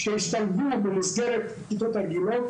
כשהשתלבו במסגרת כיתות רגילות,